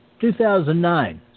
2009